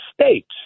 States